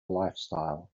lifestyle